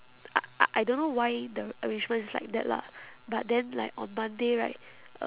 I I I don't know why the arrangement is like that lah but then like on monday right